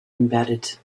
embedded